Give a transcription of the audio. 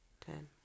Ten